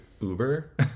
uber